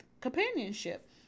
companionship